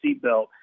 seatbelt